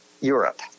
Europe